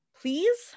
please